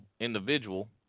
individual